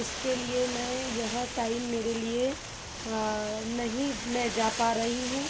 इसके लिए मैं यह टाइम मेरे लिए नहीं मैं जा पा रही हूँ